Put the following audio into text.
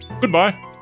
Goodbye